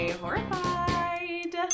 horrified